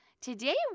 today